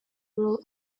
rule